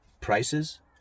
Prices